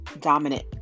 dominant